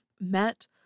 met